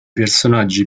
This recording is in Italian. personaggi